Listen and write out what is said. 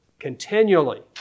continually